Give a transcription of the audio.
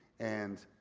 and,